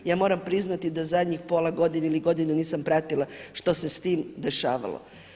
Ja moram priznati da zadnjih pola godine ili godinu nisam pratila što se s tim dešavalo.